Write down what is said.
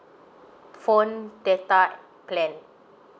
phone data plan